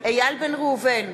איל בן ראובן,